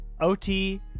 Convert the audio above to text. OT